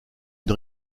une